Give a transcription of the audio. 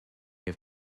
have